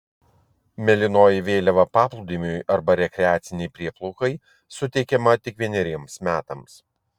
mėlynoji vėliava paplūdimiui arba rekreacinei prieplaukai suteikiama tik vieneriems metams